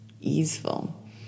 easeful